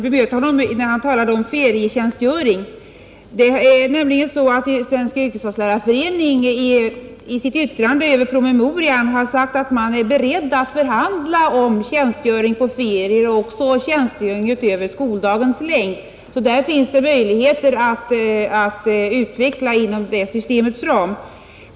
Fru talman! När statsrådet talade om ferietjänstgöring vill jag erinra om att Svensk yrkeslärarförening i sitt yttrande över promemorian har sagt att man är beredd att förhandla om tjänstgöring under ferier och tjänstgöring utöver den vanliga skoldagen. Där finns det alltså möjligheter att utveckla verksamheten inom systemets ram.